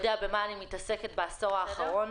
יודע במה אני מתעסקת בעשור האחרון.